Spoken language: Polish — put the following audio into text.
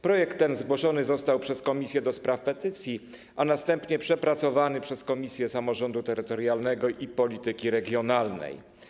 Projekt ten zgłoszony został przez Komisję do Spraw Petycji, a następnie przepracowany przez Komisję Samorządu Terytorialnego i Polityki Regionalnej.